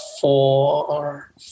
four